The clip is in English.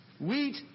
Wheat